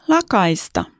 Lakaista